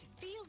Feel